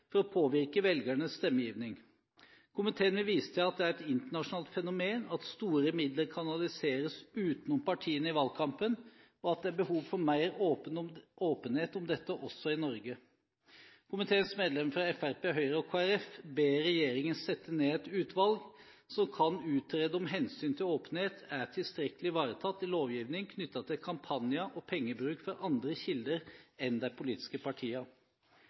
for å påvirke velgernes stemmegivning. Komiteen vil vise til at det er et internasjonalt fenomen at store midler kanaliseres utenom partiene i valgkampen, og at det er behov for mer åpenhet om dette også i Norge. Komiteens medlemmer fra Fremskrittspartiet, Høyre og Kristelig Folkeparti ber regjeringen sette ned et utvalg som kan utrede om hensyn til åpenhet er tilstrekkelig ivaretatt i lovgivning knyttet til kampanjer og pengebruk fra andre kilder enn de politiske